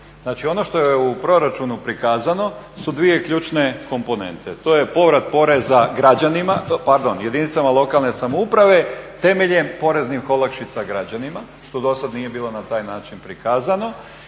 Znači ono što je u proračunu prikazano su dvije ključne komponente. To je povrat poreza građanima, pardon jedinicama lokalne samouprave temeljem poreznih olakšica građanima što do sada nije bilo na taj način prikazano.